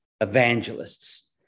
evangelists